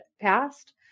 passed